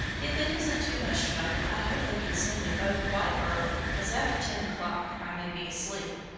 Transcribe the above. if it isn't too much trouble, i hope they can sing them both quite early, as after ten o'clock i may be asleep.